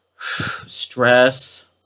stress